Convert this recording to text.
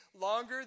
longer